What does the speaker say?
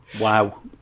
Wow